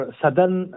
Southern